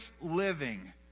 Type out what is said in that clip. living